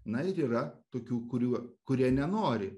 na ir yra tokių kurių kurie nenori